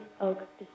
Oak